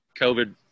covid